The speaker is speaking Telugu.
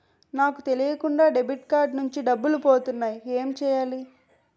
నాకు తెలియకుండా డెబిట్ కార్డ్ నుంచి డబ్బులు పోతున్నాయి ఎం చెయ్యాలి?